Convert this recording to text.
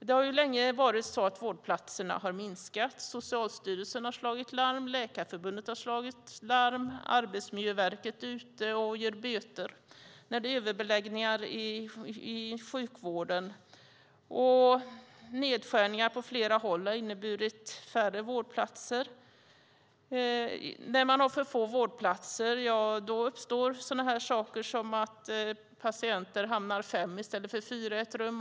Det har länge varit så att vårdplatserna har minskat. Socialstyrelsen har slagit larm och Läkarförbundet har slagit larm. Arbetsmiljöverket är ute och ger böter när det är överbeläggningar i sjukvården. Nedskärningar på flera håll har inneburit färre vårdplatser. När man har för få vårdplatser uppstår sådana saker som att det hamnar fem patienter i stället för fyra i ett rum.